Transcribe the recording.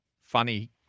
funny